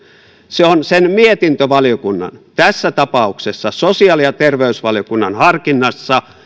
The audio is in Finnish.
se on sen mietintövaliokunnan tässä tapauksessa sosiaali ja terveysvaliokunnan harkinnassa